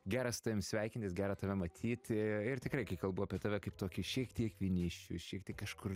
gera su tavim sveikintis gera tave matyti ir tikrai kalbu apie tave kaip tokį šiek tiek vienišių šiek tiek kažkur